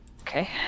Okay